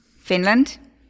Finland